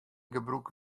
gebrûk